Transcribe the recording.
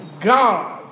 God